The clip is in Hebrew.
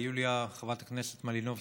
חברת הכנסת יוליה מלינובסקי,